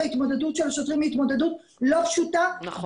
ההתמודדות של השוטרים היא התמודדות לא פשוטה -- נכון.